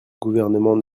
gouvernement